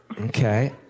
Okay